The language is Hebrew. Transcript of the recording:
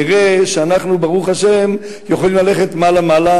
נראה שאנחנו ברוך השם יכולים ללכת מעלה מעלה,